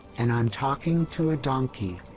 and i'm talking to a donkey.